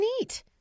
neat